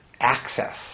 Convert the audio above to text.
access